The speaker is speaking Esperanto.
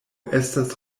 estas